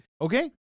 Okay